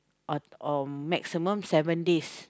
or or maximum seven days